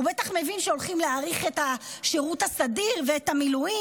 הוא בטח מבין שהולכים להאריך את השירות הסדיר ואת המילואים.